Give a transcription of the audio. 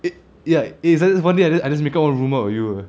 it ya it's like one day I I just make up one rumour of you leh